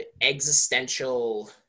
existential